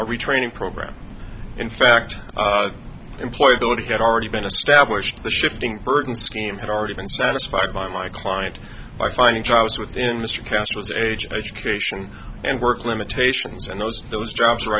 retraining program in fact employed already had already been established the shifting burden scheme had already been satisfied by my client by finding jobs within mr castro's age education and work limitations and those those jobs